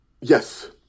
yes